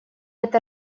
это